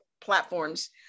platforms